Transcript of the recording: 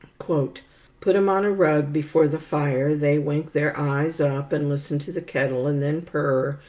put em on a rug before the fire, they wink their eyes up, and listen to the kettle, and then purr,